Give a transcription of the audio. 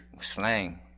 Slang